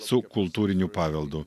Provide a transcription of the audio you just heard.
su kultūriniu paveldu